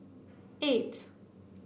eight